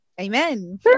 Amen